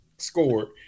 Scored